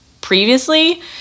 previously